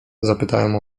zapytałem